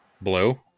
Blue